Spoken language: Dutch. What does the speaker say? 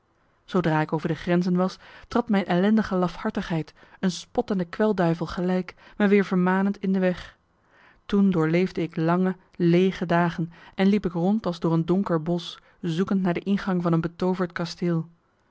zoodra ik over de grenzen was trad mijn ellendige lafhartigheid een spottende kwelduivel gelijk me weer vermanend in de weg toen doorleefde ik lange leege dagen en liep ik rond als door een donker bosch zoekend naar de ingang van een betooverd kasteel